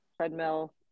treadmill